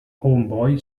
homeboy